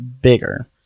bigger